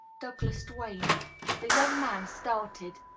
douglas duane the young man started.